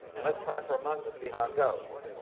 and let's try it for a month and see how it goes.